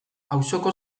auzoko